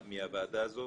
מהוועדה הזאת